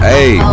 Hey